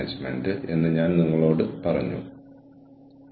പരസ്പരം ബന്ധിപ്പിക്കുന്നതിലേക്ക് ലോകം നീങ്ങുകയാണ്